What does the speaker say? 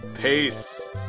Peace